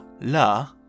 la